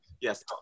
Yes